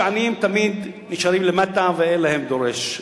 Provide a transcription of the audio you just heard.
שעניים תמיד נשארים למטה ואין להם דורש.